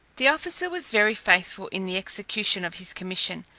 the officer was very faithful in the execution of his commission,